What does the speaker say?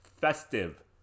festive